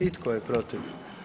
I tko je protiv?